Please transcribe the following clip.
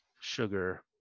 sugar